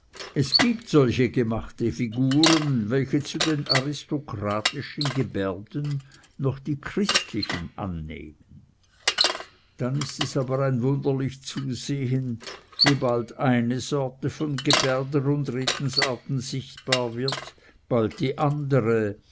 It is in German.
es gibt solche gemachte figuren welche zu den aristokratischen gebärden noch die christlichen annehmen dann ist es aber ein wunderlich zusehen wie bald eine sorte von gebärden und redensarten sichtbar wird bald die andere